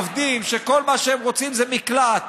עובדים שכל מה שהם רוצים זה מקלט,